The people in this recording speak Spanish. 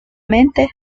mente